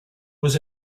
was